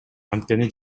анткени